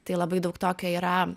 tai labai daug tokio yra